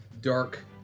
dark